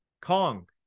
Kong